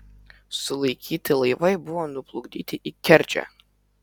sulaikyti laivai buvo nuplukdyti į kerčę